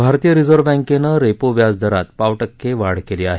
भारतीय रिझर्व्ह बँकेनं रेपो व्याज दरात पाव टक्के वाढ केली आहे